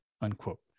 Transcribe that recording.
unquote